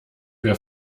wir